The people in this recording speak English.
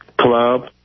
Club